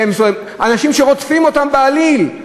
אנשים שרודפים אותם בעליל,